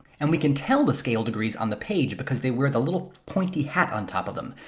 and we can tell the scale degrees on the page because they were the little pointy hat on top of them.